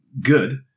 good